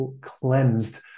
cleansed